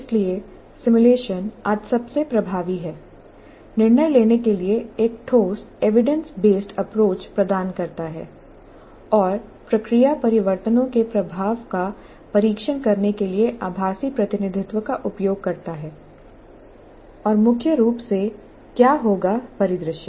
इसलिए सिमुलेशन आज सबसे प्रभावी है निर्णय लेने के लिए एक ठोस एविडेंस बेसड अप्रोच प्रदान करता है और प्रक्रिया परिवर्तनों के प्रभाव का परीक्षण करने के लिए आभासी प्रतिनिधित्व का उपयोग करता है और मुख्य रूप से क्या होगा परिदृश्य